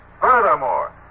Furthermore